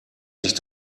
sich